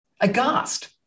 aghast